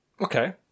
Okay